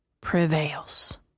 prevails